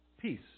peace